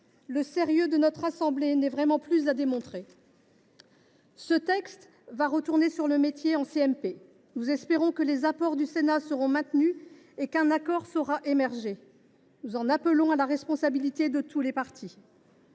le sérieux de notre assemblée n’est vraiment plus à démontrer. Ce texte va retourner sur le métier en commission mixte paritaire. Nous espérons que les apports du Sénat seront maintenus et qu’un accord saura émerger. Nous en appelons à la responsabilité de tous les partis.